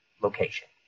location